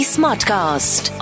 Smartcast